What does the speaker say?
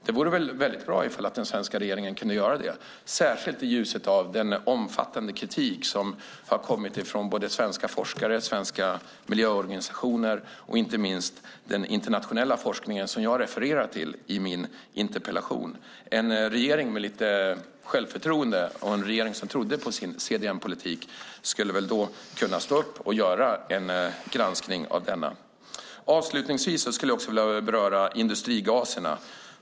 Det vore bra om den svenska regeringen kunde göra det, särskilt i ljuset av den omfattande kritik som kommit från svenska forskare och miljöorganisationer och inte minst från den internationella forskning som jag refererar till i min interpellation. En regering med självförtroende, en som tror på sin CDM-politik, borde kunna göra en granskning av den. Avslutningsvis skulle jag vilja beröra industrigaserna.